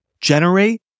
generate